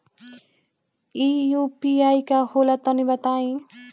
इ यू.पी.आई का होला तनि बताईं?